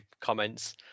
comments